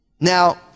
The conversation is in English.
Now